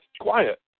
quiet